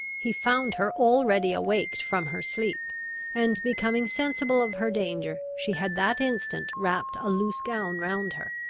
he found her already awaked from her sleep and, becoming sensible of her danger, she had that instant wrapped a loose gown round her.